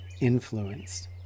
influenced